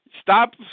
stop